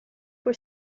por